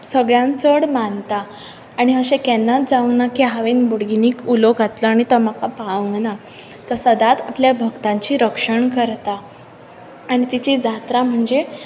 सगळ्यांत चड मानता आनी अशें केन्नाच जावंक ना की हांवें बोडगीनीक उलो घातला आनी तो म्हाका पावूंक ना तो सदांत आपल्या भक्तांची रक्षण करता आनी तेची जात्रा म्हणजे